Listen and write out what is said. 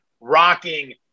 rocking